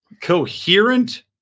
coherent